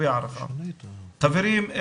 חברים,